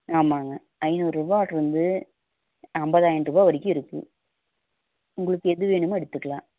ஆமாங்க ஐநூறு ரூபாயிலிருந்து ஐம்பதாயிரம் ரூபா வரைக்கும் இருக்குது உங்களுக்கு எது வேணுமோ எடுத்துக்கலாம்